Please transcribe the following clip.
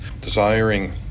desiring